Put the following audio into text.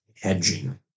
hedging